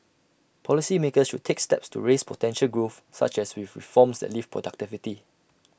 policy makers should take steps to raise potential growth such as with reforms that lift productivity